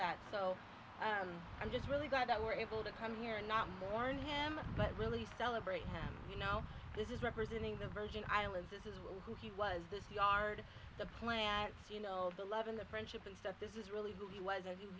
that so i'm i'm just really glad that we're able to come here and not warn him but really celebrate him you know this is representing the virgin islands this is well who he was this yard the plants you know the love in the friendship and stuff this is really who he was and he was